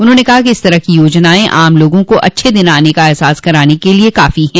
उन्होंने कहा कि इस तरह की योजनाएं आम लोगों को अच्छे दिन आने का एहसास कराने के लिए काफी हैं